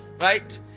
right